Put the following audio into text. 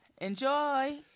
Enjoy